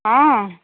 ହଁ